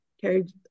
carried